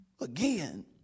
again